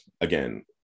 again